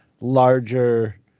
larger